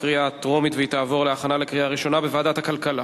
התשע"ב 2012, לדיון מוקדם בוועדת הכלכלה